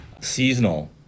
seasonal